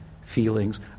feelings